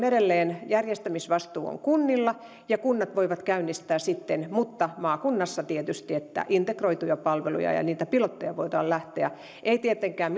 edelleen järjestämisvastuu on kunnilla ja kunnat voivat käynnistää sitten mutta maakunnassa tietysti integroituja palveluja ja niitä pilotteja voidaan lähteä tekemään ei tietenkään